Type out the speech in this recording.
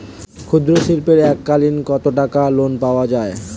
ক্ষুদ্রশিল্পের এককালিন কতটাকা লোন পাওয়া য়ায়?